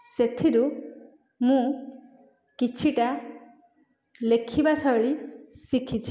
ସେଥିରୁ ମୁଁ କିଛିଟା ଲେଖିବା ଶୈଳୀ ଶିଖିଛି